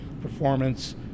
performance